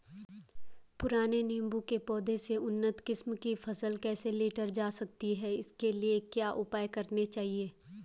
पुराने नीबूं के पौधें से उन्नत किस्म की फसल कैसे लीटर जा सकती है इसके लिए क्या उपाय करने चाहिए?